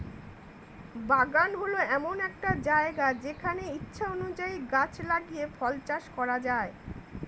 বাগান হল এমন একটা জায়গা যেখানে ইচ্ছা অনুযায়ী গাছ লাগিয়ে ফল চাষ করা যায়